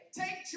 take